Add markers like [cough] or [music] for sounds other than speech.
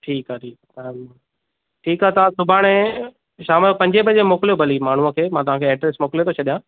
ठीकु आहे [unintelligible] ठीकु आहे तव्हां सुभाणे शाम जो पंजे बजे मोकिलियो भली माण्हूअ खे मां तव्हांखे एड्रेस मोकिले थो छॾियां